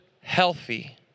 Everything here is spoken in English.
healthy